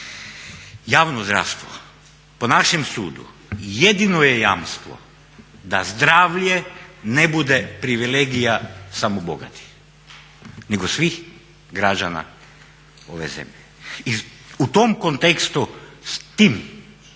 Javno zdravstvo po našem sudu jedino je jamstvo da zdravlje ne bude privilegija samo bogatih nego svih građana ove zemlje i u tom kontekstu s tim